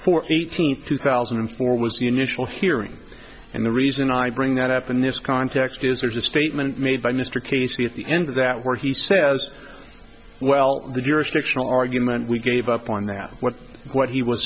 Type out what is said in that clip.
fourth eighteenth two thousand and four was the initial hearing and the reason i bring that up in this context is there's a statement made by mr casey at the end of that where he says well the jurisdictional argument we gave up on that what what he w